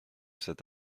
cet